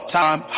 time